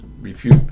refute